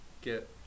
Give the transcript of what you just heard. get